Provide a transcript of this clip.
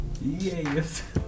yes